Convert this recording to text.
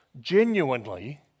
genuinely